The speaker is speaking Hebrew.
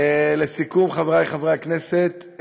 חברי חברי הכנסת,